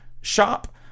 shop